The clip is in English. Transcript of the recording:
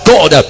God